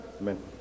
Amen